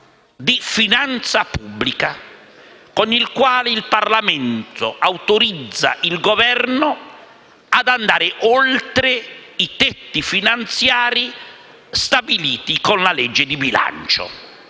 di finanza pubblica con il quale il Parlamento autorizza il Governo a andare oltre ai tetti finanziari stabiliti con la legge di bilancio.